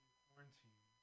quarantine